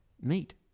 meat